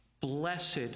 Blessed